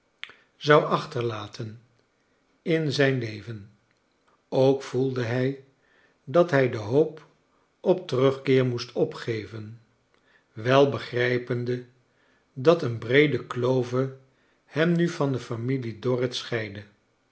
zou achterlaten in zijn leven ook voelde hij dat hij de hoop op terugkeer moest opgeven wel begrijpende dat een breede klove hem mi van de familie dorrit